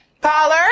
Caller